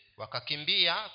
wakakimbia